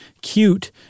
cute